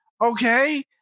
okay